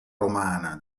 romana